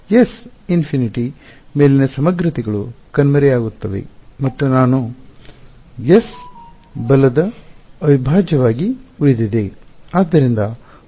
S ಅನಂತತೆಯ infinity ಮೇಲಿನ ಸಮಗ್ರತೆಗಳು ಕಣ್ಮರೆಯಾಗುತ್ತವೆ ಮತ್ತು ನಾನು S ಬಲದ ಮೇಲೆ ಅವಿಭಾಜ್ಯವಾಗಿ ಉಳಿದಿದೆ